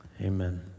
amen